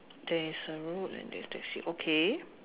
there is a road and there is taxi okay